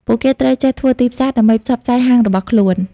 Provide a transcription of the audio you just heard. ពួកគេត្រូវចេះធ្វើទីផ្សារដើម្បីផ្សព្វផ្សាយហាងរបស់ខ្លួន។